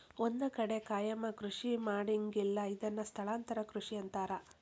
ಒಂದ ಕಡೆ ಕಾಯಮ ಕೃಷಿ ಮಾಡಂಗಿಲ್ಲಾ ಇದನ್ನ ಸ್ಥಳಾಂತರ ಕೃಷಿ ಅಂತಾರ